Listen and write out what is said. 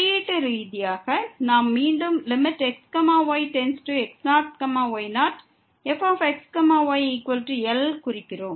குறியீட்டு ரீதியாக நாம் மீண்டும் xyx0y0fxyL என குறிக்கிறோம்